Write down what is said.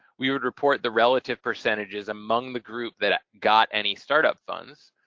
we would report the relative percentages among the group that ah got any startup funds